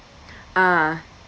ah